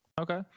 Okay